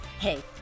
Hey